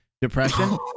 depression